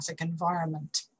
environment